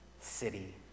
city